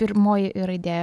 pirmoji raidė